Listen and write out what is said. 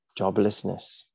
Joblessness